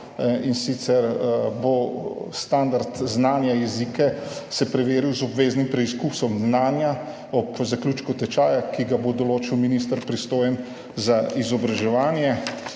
in sicer se bo standard znanja jezika preveril z obveznim preizkusom znanja ob zaključku tečaja, ki ga bo določil minister, pristojen za izobraževanje.